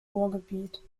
ruhrgebiet